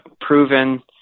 proven